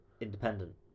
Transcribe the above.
Independent